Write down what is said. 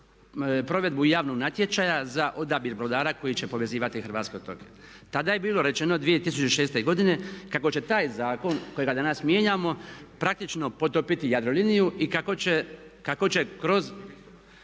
provedbu javnog natječaja za odabir brodara koji će povezivati hrvatske otoke. Tada je bilo rečeno, 2006. godine, kako će taj zakon kojega danas mijenjamo praktično potopiti Jadroliniju i kako će kroz